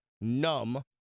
numb